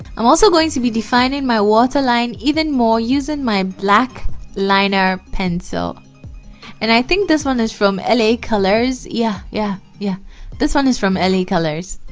i'm also going to be defining my waterline even more using my black liner pencil and i think this one is from la colors yeah yeah yeah this one is from le colors